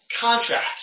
contract